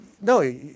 No